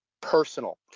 personal